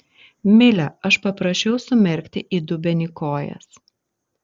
mile aš paprašiau sumerkti į dubenį kojas